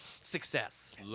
success